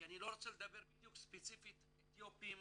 כי אני לא רוצה לדבר ספציפית על אתיופים